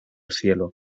cielo